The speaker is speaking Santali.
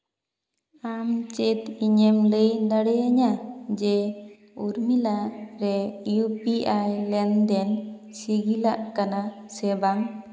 ᱟᱢ ᱪᱮᱫ ᱤᱧᱮᱢ ᱞᱟᱹᱭ ᱫᱟᱲᱮᱭᱟᱹᱧᱟ ᱡᱮ ᱩᱨᱢᱤᱞᱟ ᱨᱮ ᱤᱭᱩ ᱯᱤ ᱟᱭ ᱨᱮ ᱞᱮᱱᱫᱮᱱ ᱥᱤᱜᱤᱞᱚᱜ ᱠᱟᱱᱟ ᱥᱮ ᱵᱟᱝ